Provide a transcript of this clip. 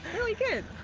really good.